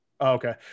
Okay